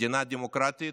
מדינה דמוקרטית,